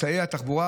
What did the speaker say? הוא יודע טוב מאוד.